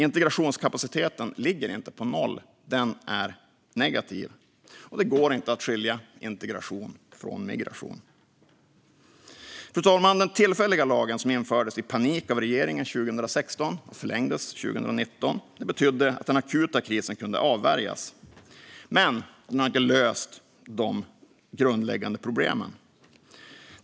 Integrationskapaciteten ligger inte på noll; den är negativ. Och det går inte att skilja integration från migration. Fru talman! Den tillfälliga lagen som infördes i panik av regeringen 2016 och förlängdes 2019 betydde att den akuta krisen kunde avvärjas. Men den har inte löst de grundläggande problemen.